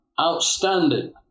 outstanding